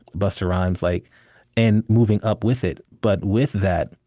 busta rhymes, like and moving up with it. but with that,